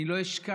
אני לא אשכח